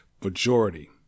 majority